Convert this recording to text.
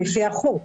זה לפי החוק.